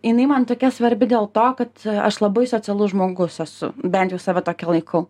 jinai man tokia svarbi dėl to kad aš labai socialus žmogus esu bent jau save tokia laikau